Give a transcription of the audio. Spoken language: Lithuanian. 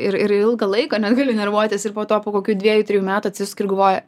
ir ir ilgą laiką negali nervuotis ir po to po kokių dviejų trijų metų atsisuki ir galvoji